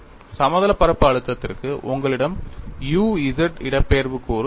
சமதளப் பரப்பு அழுத்தத்திற்கு உங்களிடம் u z இடப்பெயர்ச்சி கூறு இருக்கும்